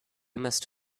must